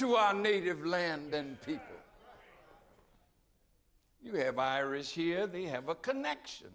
to our native land and people you have irish here they have a connection